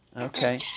Okay